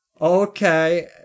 okay